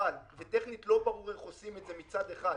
מסורבל וטכנית לא ברור איך עושים את זה, מצד אחד,